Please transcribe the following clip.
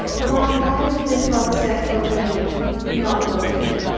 why why did the twelve step program not work for you?